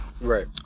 Right